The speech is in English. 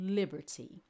liberty